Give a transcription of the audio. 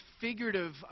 figurative